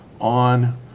on